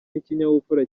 n’ikinyabupfura